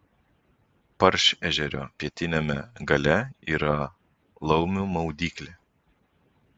paršežerio pietiniame gale yra laumių maudyklė